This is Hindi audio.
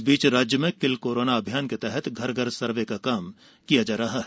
इस बीच राज्य में किल कोरोना अभियान के तहत घर घर सर्वे का कार्य किया जा रहा है